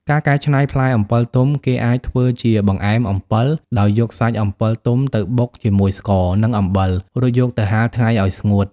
ការកែច្នៃផ្លែអំពិលទុំគេអាចធ្វើជាបង្អែមអំពិលដោយយកសាច់អំពិលទុំទៅបុកជាមួយស្ករ និងអំបិល រួចយកទៅហាលថ្ងៃឲ្យស្ងួត។